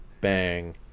bang